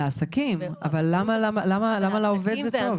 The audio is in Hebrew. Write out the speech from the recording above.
לעסקים אבל למה זה טוב לעובד?